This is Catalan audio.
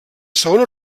segona